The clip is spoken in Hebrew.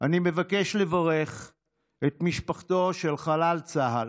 אני מבקש לברך את משפחתו של חלל צה"ל